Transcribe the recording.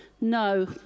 No